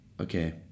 Okay